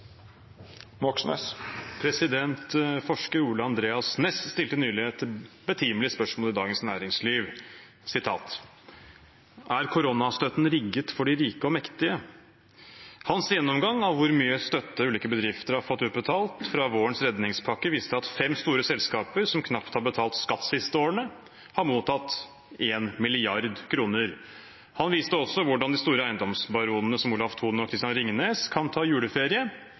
Forsker Ole-Andreas Næss stilte nylig et betimelig spørsmål i Dagens Næringsliv: «Er koronastøtten rigget for de rike og mektige?» Hans gjennomgang av hvor mye støtte ulike bedrifter har fått utbetalt fra vårens redningspakke, viste at fem store selskaper som knapt har betalt skatt de siste årene, har mottatt 1 mrd. kr. Han viste også hvordan de store eiendomsbaronene, som Olav Thon og Christian Ringnes, kan ta juleferie